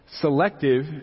selective